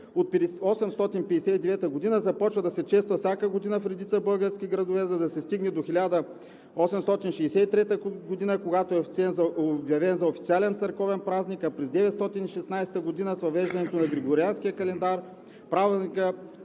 от 859 г. започва да се чества всяка година в редица български градове, за да се стигне до 1863 г., когато е обявен за официален църковен празник, а през 1916 г., с въвеждането на Григорианския календар, празникът